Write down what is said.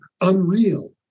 unreal